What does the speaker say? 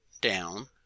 down